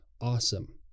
awesome